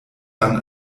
dann